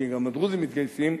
כי גם הדרוזים מתגייסים,